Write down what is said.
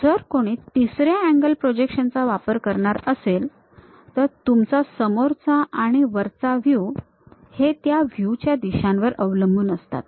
जर कोणी तिसऱ्या अँगल प्रोजेक्शन चा वापर करणार असेल तर तुमचा समोरचा आणि वरचा व्ह्यू हे त्या व्ह्यूज च्या दिशांवर अवलंबून असतात